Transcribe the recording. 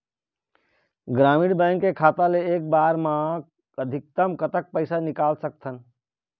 ग्रामीण बैंक के खाता ले एक बार मा अधिकतम कतक पैसा निकाल सकथन?